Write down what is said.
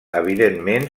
evidentment